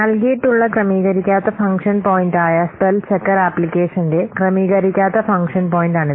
നൽകിയിട്ടുള്ള ക്രമീകരിക്കാത്ത ഫംഗ്ഷൻ പോയിന്റായ സ്പെൽ ചെക്കർ ആപ്ലിക്കേഷന്റെ ക്രമീകരിക്കാത്ത ഫംഗ്ഷൻ പോയിന്റാണിത്